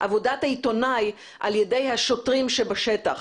עבודת העיתונאי על ידי השוטרים בשטח.